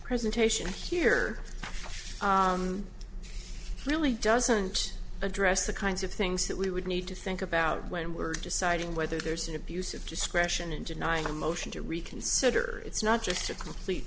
presentation here really doesn't address the kinds of things that we would need to think about when we're deciding whether there's an abuse of discretion in denying a motion to reconsider its not just a complete